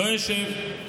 לא אשב.